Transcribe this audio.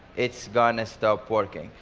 it's gonna stop working.